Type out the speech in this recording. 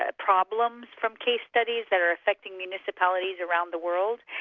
ah problems from case studies, that are affecting municipalities around the world,